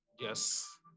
Yes